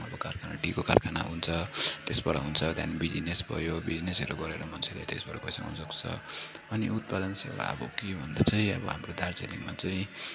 अब कारखाना टीको कारखाना हुन्छ त्यसबाट हुन्छ त्यहाँदेखि बिजनेस भयो बिजनेसहरू गरेर मान्छेले त्यसबाट पैसा कमाउन सक्छ अनि उत्पादन चाहिँ अब के भन्दा चाहिँ अब हाम्रो दार्जिलिङमा चाहिँ